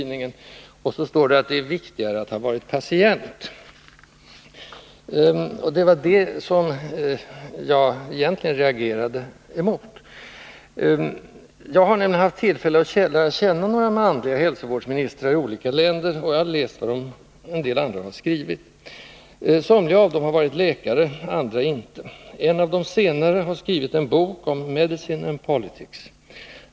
Det är viktigare att ha varit patient.” Det var detta som jag egentligen reagerade mot. Jag har nämligen haft tillfälle att lära känna några manliga hälsovårdsministrar i olika länder, och jag har läst vad en del andra har skrivit. Somliga har varit läkare, andra inte. En av de senare har skrivit en bok om Medicine and politics.